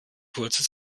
kurze